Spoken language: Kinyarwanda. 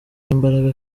imbaraga